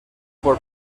por